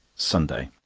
sunday